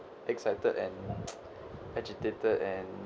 excited and agitated and